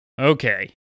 Okay